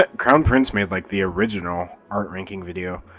but crowne prince made like, the original art ranking video.